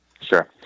sure